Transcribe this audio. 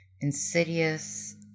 insidious